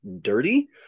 dirty